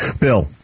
Bill